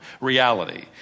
reality